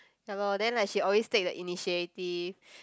ya lor then like she always take the initiative